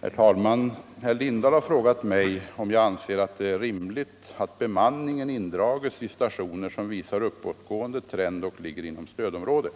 Herr talman! Herr Lindahl i Hamburgsund har frågat mig om jag anser att det är rimligt att bemanningen indrages vid stationer som visar uppåtgående trend och ligger inom stödområde.